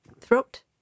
throat